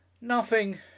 Nothing